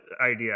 idea